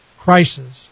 crisis